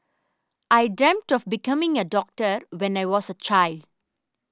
I dreamt of becoming a doctor when I was a child